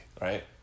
right